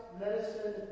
medicine